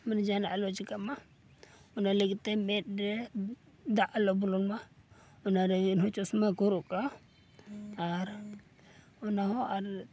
ᱢᱟᱱᱮ ᱡᱟᱦᱟᱱᱟᱜ ᱟᱞᱚ ᱪᱤᱠᱟᱹᱜᱼᱢᱟ ᱚᱱᱟ ᱞᱟᱹᱜᱤᱫᱛᱮ ᱢᱮᱸᱫᱨᱮ ᱫᱟᱜ ᱟᱞᱚ ᱵᱚᱞᱚᱱ ᱢᱟ ᱚᱱᱟ ᱞᱟᱹᱜᱤᱫ ᱦᱚᱸ ᱪᱚᱥᱢᱟᱠᱚ ᱦᱚᱨᱚᱜ ᱠᱟᱜᱼᱟ ᱟᱨ ᱚᱱᱟᱦᱚᱸ ᱟᱨ